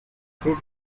fruit